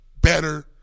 better